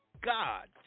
God